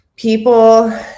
people